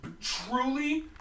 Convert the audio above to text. Truly